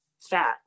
fat